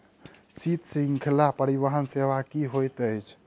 शीत श्रृंखला परिवहन सेवा की होइत अछि?